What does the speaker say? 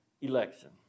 Election